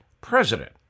president